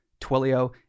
Twilio